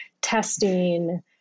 testing